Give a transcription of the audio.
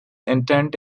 intent